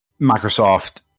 Microsoft